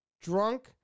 drunk